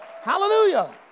hallelujah